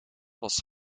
was